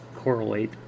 correlate